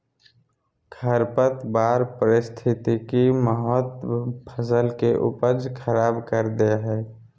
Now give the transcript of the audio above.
खरपतवार पारिस्थितिक महत्व फसल के उपज खराब कर दे हइ